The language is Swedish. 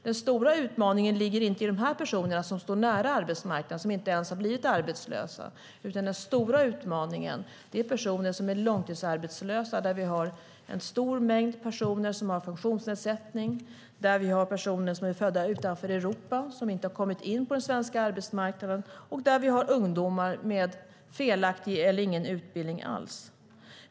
Den stora utmaningen ligger inte i de personer som står nära arbetsmarknaden och som inte ens har blivit arbetslösa, utan den stora utmaningen är de långtidsarbetslösa där vi har en stor mängd personer med funktionsnedsättning, personer födda utanför Europa, som inte har kommit in på den svenska arbetsmarknaden, och ungdomar med felaktig eller ingen utbildning alls.